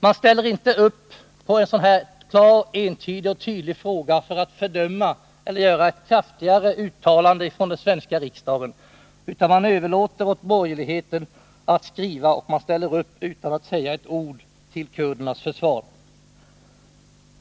De ställer sig inte bakom en sådan här klar och entydig fråga som gäller ett fördömande eller att göra ett kraftigare uttalande från den svenska riksdagen, utan man överlåter åt borgerligheten att skriva och man ställer upp bakom det utan att säga ett ord till kurdernas försvar.